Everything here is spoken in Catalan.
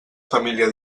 família